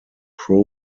pro